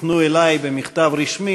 תפנו אלי במכתב רשמי.